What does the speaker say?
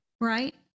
Right